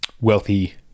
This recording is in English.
wealthy